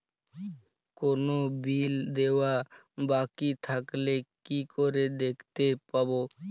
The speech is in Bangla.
কোনো বিল দেওয়া বাকী থাকলে কি করে দেখতে পাবো?